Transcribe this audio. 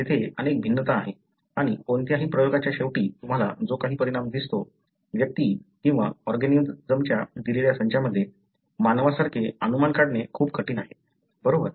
तेथे अनेक भिन्नता आहेत आणि कोणत्याही प्रयोगाच्या शेवटी तुम्हाला जो काही परिणाम दिसतो व्यक्ती किंवा ऑर्गॅनिजमच्या दिलेल्या संचामध्ये मानवांसारखे अनुमान काढणे खूप कठीण आहे बरोबर